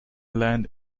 land